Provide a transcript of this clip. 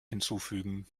hinzufügen